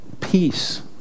peace